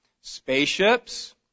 spaceships